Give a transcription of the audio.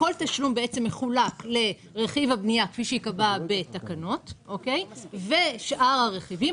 כל תשלום מחולק ל: רכיב הבנייה כפי שייקבע בתקנות ושאר הרכיבים.